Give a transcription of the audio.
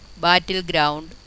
battleground